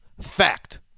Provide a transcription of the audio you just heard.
fact